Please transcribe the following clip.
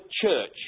church